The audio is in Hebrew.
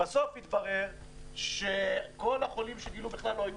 בסוף מתברר שכל החולים בכלל לא היו